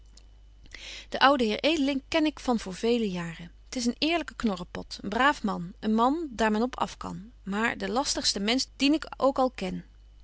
den ouden heer edeling ken ik van voor vele jaren t is een eerlyke knorrepot een braaf man een man daar men op afkan maar de lastigste mensch dien ik ook al ken